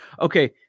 Okay